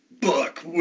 Buck